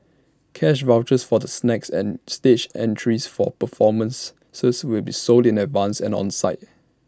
cash vouchers for the snacks and stage entries for performances will be sold in advance and on site